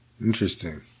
interesting